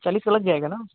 चालीस का लग जाएगा न